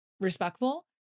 respectful